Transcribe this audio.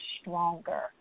stronger